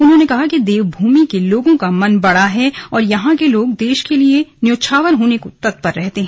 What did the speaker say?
उन्होंने कहा कि देवभूमि के लोगों का मन बड़ा है और यहां के लोग देश के लिए न्यौछावर होने को तत्पर रहते हैं